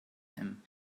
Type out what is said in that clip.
him